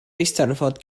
eisteddfod